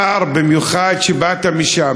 שר שבא במיוחד משם,